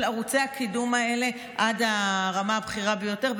ערוצי הקידום האלה עד הרמה הבכירה ביותר,